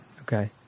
Okay